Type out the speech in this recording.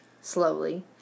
slowly